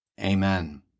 Amen